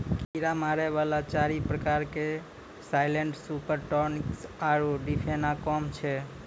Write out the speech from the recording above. कीड़ा मारै वाला चारि प्रकार के साइलेंट सुपर टॉक्सिक आरु डिफेनाकौम छै